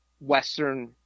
western